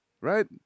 right